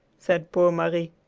said poor marie.